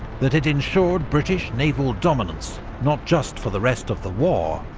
that it ensured british naval dominance not just for the rest of the war,